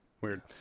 Weird